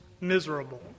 miserable